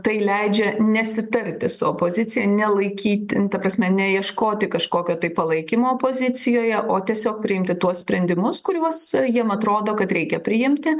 tai leidžia nesitarti su opozicija nelaikyti nu ta prasme ne ieškoti kažkokio tai palaikymo opozicijoje o tiesiog priimti tuos sprendimus kuriuos jiem atrodo kad reikia priimti